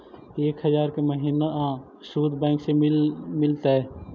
एक हजार के महिना शुद्ध बैंक से मिल तय?